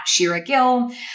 shiragill